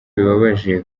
bibabaje